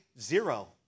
Zero